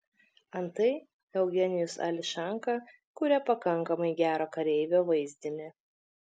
antai eugenijus ališanka kuria pakankamai gero kareivio vaizdinį